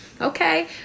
Okay